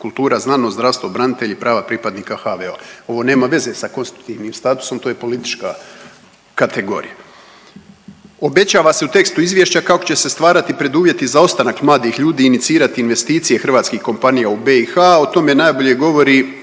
kultura, znanost, zdravstvo, branitelji, prava pripadnika HVO-a, ovo nema veze sa konstitutivnim statusom, to je politička kategorija. Obećava se u tekstu Izvješća kako će se stvarati preduvjeti za ostanak mladih ljudi i inicirati investicije hrvatskih kompanija u BiH, o tome najbolje govori